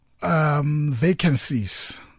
vacancies